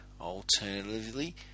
Alternatively